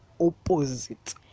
opposite